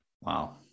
Wow